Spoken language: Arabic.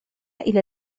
إلى